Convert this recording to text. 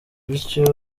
bityo